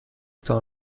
تان